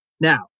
Now